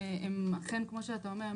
הם כמו שאתה אומר,